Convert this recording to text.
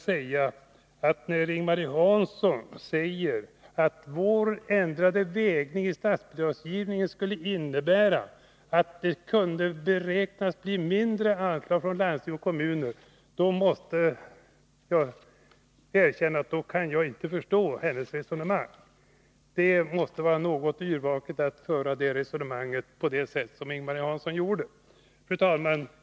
Ing-Marie Hansson säger vidare att vårt ändringsförslag när det gäller statsbidragsgivningen skulle innebära att det kan väntas bli minskade anslag från landsting och kommuner. Jag måste erkänna att jag inte kan förstå hennes resonemang — det ger ett något yrvaket intryck. Fru talman!